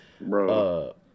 Bro